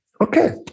Okay